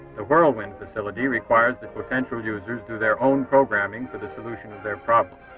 the whirlwind facility requires that potential users do their own programming for the solution of their problems.